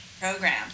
program